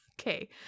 okay